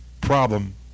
problem